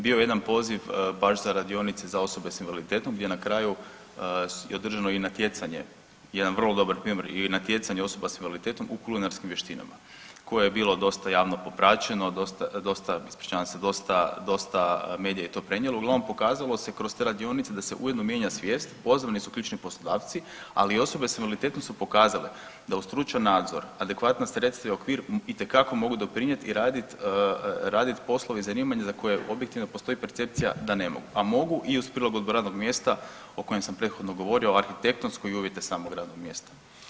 Bio je jedan poziv baš za radionice za osobe s invaliditetom gdje na kraju je održano i natjecanje, jedan vrlo dobar primjer i natjecanje osoba s invaliditetom u kulinarskim vještinama koje je bilo dosta javno popraćeno, dosta, ispričavam se, dosta medija je to prenijelo, uglavnom pokazalo se kroz te radionice da se ujedno mijenja svijest, pozvani su ključni poslodavci, ali osobe s invaliditetom su pokazale da uz stručan nadzor, adekvatna sredstva i okvir itekako mogu doprinijeti i raditi poslove i zanimanja za koje objektivno postoji percepcija da ne mogu, a mogu i uz prilagodbu radnog mjesta, o kojem sam prethodno govorio, arhitektonsko i uvjete samog radnog mjesta.